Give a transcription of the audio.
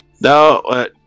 No